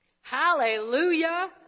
Hallelujah